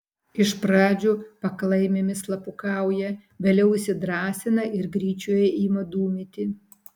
iš pradžių paklaimėmis slapukauja vėliau įsidrąsina ir gryčioje ima dūmyti